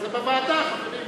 זה בוועדה, חברים,